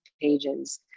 pages